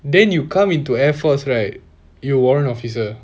then you come into air force right you warrant officer ah